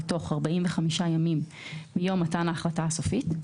בתוך 45 ימים מיום מתן ההחלטה הסופית.